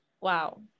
wow